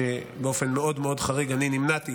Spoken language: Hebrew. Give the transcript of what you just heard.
שבאופן מאוד מאוד חריג אני נמנעתי